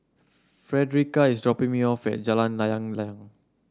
Fredericka is dropping me off at Jalan Layang Layang